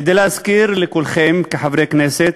כדי להזכיר לכולכם, כחברי הכנסת,